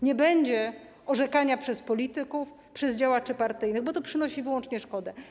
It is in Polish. Nie będzie orzekania przez polityków, przez działaczy partyjnych, bo to przynosi wyłącznie szkodę.